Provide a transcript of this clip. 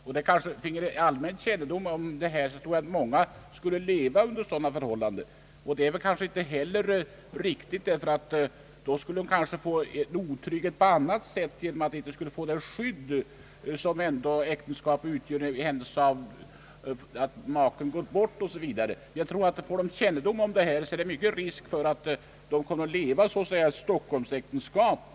Om det funnes allmän kännedom om detta, tror jag att många skulle leva under sådana förhållanden, Det vore väl inte heller riktigt, ty det skulle kanske innebära otrygghet för barnet på annat sätt genom att det inte skulle få det skydd som ändå äktenskapet utgör i händelse av att maken-fadern går bort osv. Jag tror att om dessa förhållanden blir allmänt kända finns det risk för att många kommer att leva i s.k. Stockholmsäktenskap.